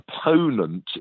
opponent